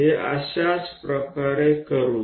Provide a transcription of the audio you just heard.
तर आपण हे अशाच प्रकारे करू